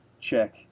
check